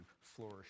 flourish